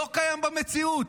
לא קיים במציאות.